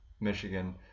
Michigan